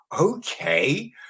okay